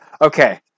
Okay